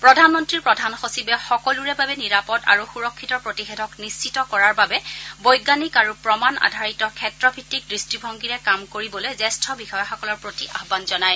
প্ৰধানমন্নীৰ প্ৰধান সচিবে সকলোৰে বাবে নিৰাপদ আৰু সুৰক্ষিত প্ৰতিষেধক নিশ্চিত কৰাৰ বাবে বৈজ্ঞানিক আৰু প্ৰমাণ আধাৰিত ক্ষেত্ৰ ভিত্তিক দৃষ্টিভংগীৰে কাম কৰিবলৈ জ্যেষ্ঠ বিষয়াসকলৰ প্ৰতি আহ্বান জনায়